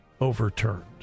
overturned